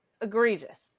egregious